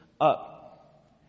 up